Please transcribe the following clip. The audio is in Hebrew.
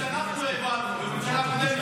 זה תקציב שאני העברתי.